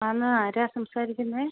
ആന്ന് ആരാണ് സംസാരിക്കുന്നത്